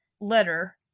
letter